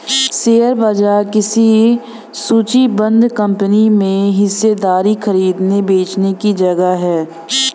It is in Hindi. शेयर बाजार किसी सूचीबद्ध कंपनी में हिस्सेदारी खरीदने बेचने की जगह है